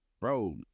bro